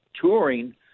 touring